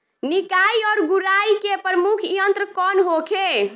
निकाई और गुड़ाई के प्रमुख यंत्र कौन होखे?